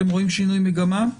אתם רואים שינוי מגמה?